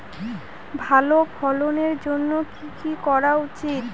ভালো ফলনের জন্য কি কি করা উচিৎ?